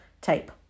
tape